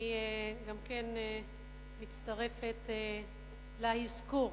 אני גם כן מצטרפת לאזכור